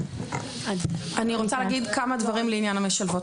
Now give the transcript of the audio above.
אני רוצה להגיד כמה דברים לעניין המשלבות.